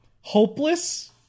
hopeless